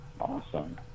Awesome